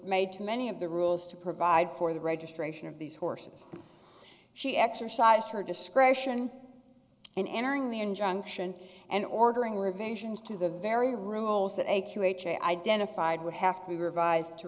made to many of the rules to provide for the registration of these horses she exercised her discretion in entering the injunction and ordering revenge to the very rules that a q ha identified would have to be revised to